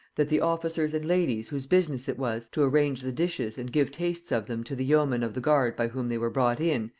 that the officers and ladies whose business it was to arrange the dishes and give tastes of them to the yeomen of the guard by whom they were brought in,